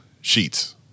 sheets